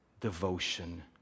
devotion